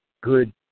Good